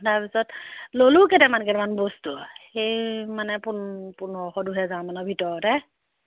তাৰ পিছত ল'লোঁ কেটামান কেটামান বস্তু সেই মানে পোন্ধৰশ দুহেজাৰমানৰ ভিতৰতে